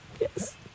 Yes